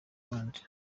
abandi